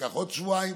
בעוד שבועיים,